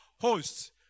hosts